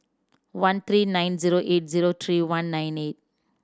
one three nine zero eight zero three one nine eight